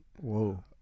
Whoa